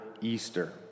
Easter